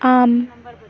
आम्